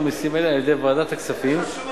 מסים אלה על-ידי ועדת הכספים של הכנסת,